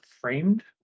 framed